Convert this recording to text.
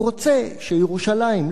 הוא רוצה שירושלים,